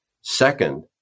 Second